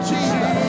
Jesus